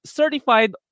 certified